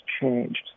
changed